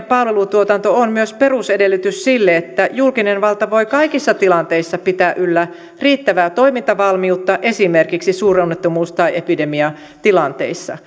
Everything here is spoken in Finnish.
palvelutuotanto on myös perusedellytys sille että julkinen valta voi kaikissa tilanteissa pitää yllä riittävää toimintavalmiutta esimerkiksi suuronnettomuus tai epidemiatilanteissa